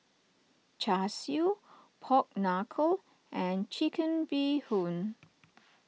Char Siu Pork Knuckle and Chicken Bee Hoon